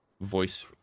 voice